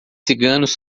ciganos